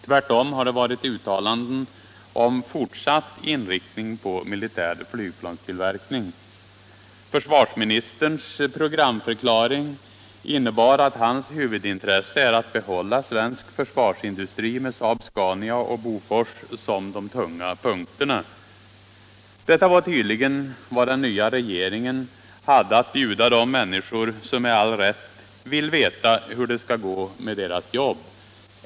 Tvärtom har det varit uttalanden om fortsatt inriktning på militär flygplanstillverkning. Försvarsministerns programförklaring innebar att hans huvudintresse är att behålla svensk försvarsindustri med SAAB-SCANIA och Bofors som de tunga punkterna. Detta var tydligen vad den nya regeringen hade att bjuda de människor som med all rätt vill veta hur det skall gå med deras jobb.